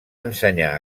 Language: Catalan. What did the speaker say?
ensenyar